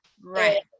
Right